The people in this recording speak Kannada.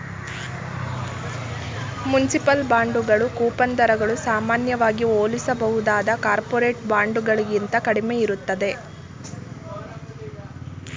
ಮುನ್ಸಿಪಲ್ ಬಾಂಡ್ಗಳು ಕೂಪನ್ ದರಗಳು ಸಾಮಾನ್ಯವಾಗಿ ಹೋಲಿಸಬಹುದಾದ ಕಾರ್ಪೊರೇಟರ್ ಬಾಂಡ್ಗಳಿಗಿಂತ ಕಡಿಮೆ ಇರುತ್ತೆ